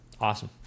Awesome